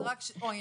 אני